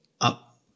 up